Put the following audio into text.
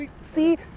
See